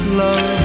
love